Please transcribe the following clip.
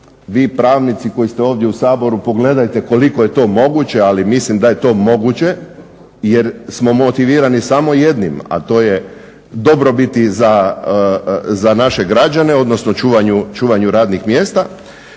Vi pravnici koji ste ovdje u Saboru pogledajte koliko je to moguće, ali mislim da je to moguće jer smo motivirani samo jednim, a to je dobrobit za naše građane, odnosno čuvanju radnih mjesta.